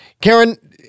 Karen